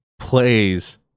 plays